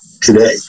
today